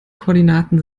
koordinaten